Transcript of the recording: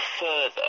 further